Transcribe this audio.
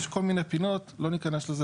יש כל מיני פינות שלא ניכנס אליהן.